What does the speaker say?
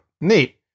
Neat